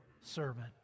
servant